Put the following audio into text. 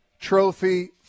Trophy